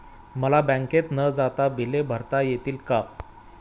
मला बँकेत न जाता बिले भरता येतील का?